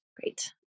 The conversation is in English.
Great